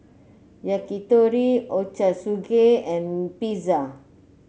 Yakitori Ochazuke and Pizza